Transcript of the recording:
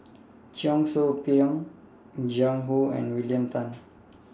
Cheong Soo Pieng Jiang Hu and William Tan